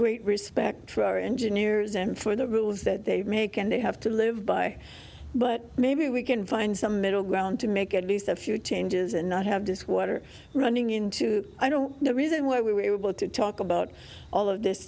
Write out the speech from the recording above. great respect for our engineers and for the rules that they make and they have to live by but maybe we can find some middle ground to make at least a few changes and not have this water running into i don't know the reason why we were able to talk about all of this